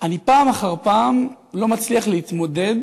אני פעם אחר פעם לא מצליח להתמודד